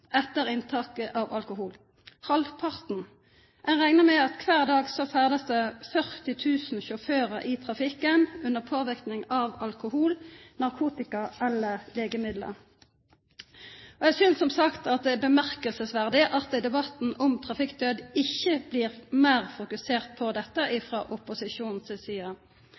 etter inntaket av alkohol. Man regner med at det hver dag ferdes 40 000 sjåfører i trafikken under påvirkning av alkohol, narkotika eller legemidler. Jeg synes som sagt det er bemerkelsesverdig at debatten om trafikkdød ikke blir mer fokusert på